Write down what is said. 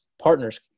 partner's